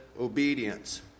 obedience